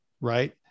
right